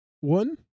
One